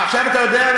אה, עכשיו אתה יודע?